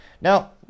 Now